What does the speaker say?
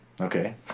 Okay